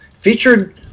featured